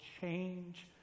change